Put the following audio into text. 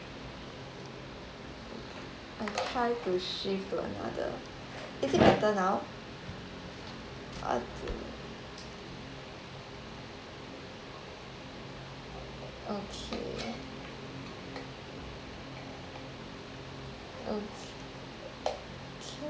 I try to shift to another is it better now uh okay okay